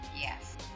yes